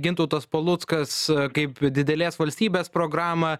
gintautas paluckas kaip didelės valstybės programą